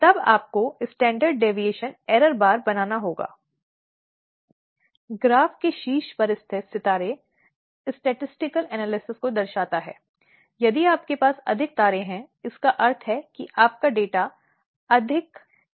क्योंकि वह विचाराधीन अधिनियम की स्थिति का शिकार है और अपराध में वह कोई पक्ष या साझीदार नहीं है जिस पर अपराध किया गया है